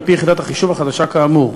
על-פי יחידת החישוב החדשה כאמור.